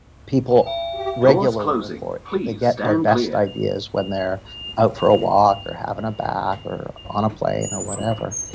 people regularly report, that they get their best ideas when they're out for a walk, or having a bath, or on a plane, or whatever,